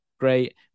great